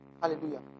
Hallelujah